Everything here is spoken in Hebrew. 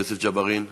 יוסף ג'בארין,